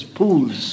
pools